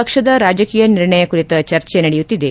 ಪಕ್ಷದ ರಾಜಕೀಯ ನಿರ್ಣಯ ಕುರಿತ ಚರ್ಚೆ ನಡೆಯುತ್ತಿದೆ